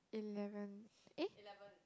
eleven eh